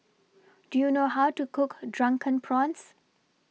Do YOU know How to Cook Drunken Prawns